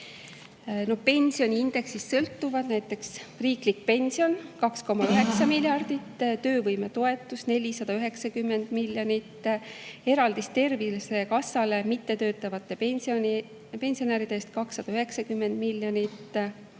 Pensioniindeksist sõltuvad näiteks riiklik pension – 2,9 miljardit, töövõimetoetus – 490 miljonit, eraldis Tervisekassale mittetöötavate pensionäride eest – 290 miljonit,